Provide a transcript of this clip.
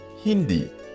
Hindi